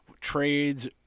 trades